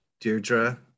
Deirdre